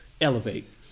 elevate